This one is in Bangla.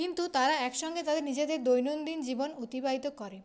কিন্তু তারা একসঙ্গে তাদের নিজেদের দৈনন্দিন জীবন অতিবাহিত করে